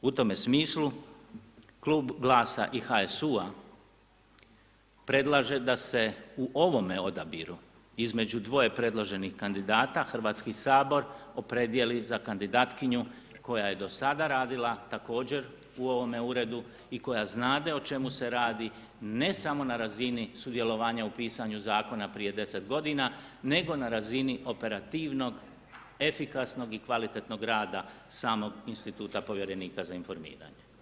U tome smislu Klub GLAS-a i HSU-a predlaže da se u ovome odabiru između dvoje predloženih kandidata Hrvatski sabor opredijeli za kandidatkinju koja je do sada radila također u ovome uredu i koja znade o čemu se radi, ne samo na razini sudjelovanja u pisanju zakona prije 10 godina nego na razini operativnog, efikasnog i kvalitetnog rada samog instituta povjerenika za informiranje.